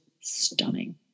stunning